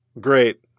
Great